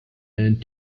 and